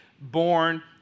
born